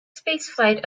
spaceflight